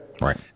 Right